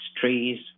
trees